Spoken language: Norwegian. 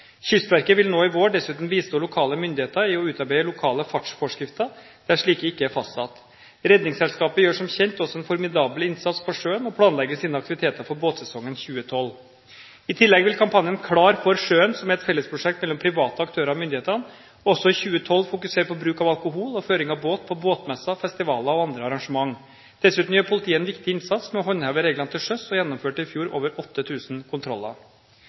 Kystverket vil nå i vår dessuten bistå lokale myndigheter i å utarbeide lokale fartsforskrifter der slike ikke er fastsatt. Redningsselskapet gjør som kjent også en formidabel innsats på sjøen og planlegger sine aktiviteter for båtsesongen 2012. I tillegg vil kampanjen Klar for sjøen, som er et fellesprosjekt mellom private aktører og myndighetene, også i 2012, på båtmesser, festivaler og andre arrangement, fokusere på bruk av alkohol og føring av båt. Dessuten gjør politiet en viktig innsats med å håndheve reglene til sjøs. De gjennomførte i fjor over 8 000 kontroller.